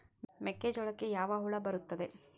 ಮೆಕ್ಕೆಜೋಳಕ್ಕೆ ಯಾವ ಹುಳ ಬರುತ್ತದೆ?